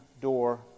door